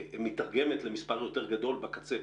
מיתרגמת למספר יותר גדול בקצה.